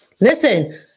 Listen